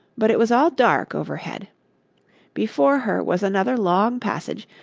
but it was all dark overhead before her was another long passage,